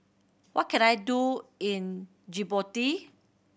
what can I do in Djibouti